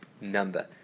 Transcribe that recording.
number